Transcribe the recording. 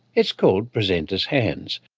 it's called presenters hands.